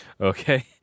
Okay